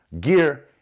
gear